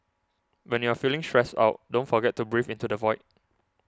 when you are feeling stressed out don't forget to breathe into the void